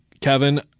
Kevin